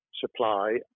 supply